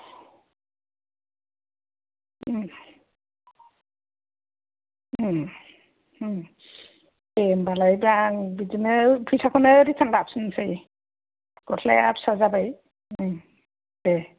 दे दा होमबालाय बिदिनो फैसाखौनो रिथार्न लाफिनसै गस्लाया फिसा जाबाय दे